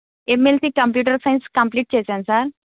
MSc computer science complete చేశాను sir